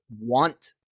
want